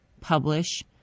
publish